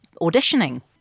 auditioning